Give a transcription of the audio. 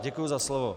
Děkuji za slovo.